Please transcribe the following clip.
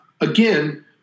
again